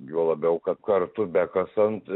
juo labiau kad kartu be kasant